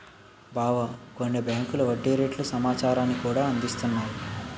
బావా కొన్ని బేంకులు వడ్డీ రేట్ల సమాచారాన్ని కూడా అందిస్తున్నాయి